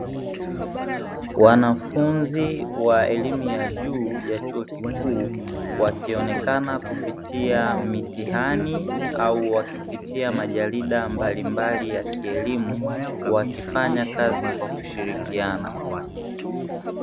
Wanafunzi wa elimu ya juu ya chuo kikuu wakionekana kupitia mitihani, au kupitia majarida mbalimbali ya kielimu wakifanya kazi kwa kushirikiana.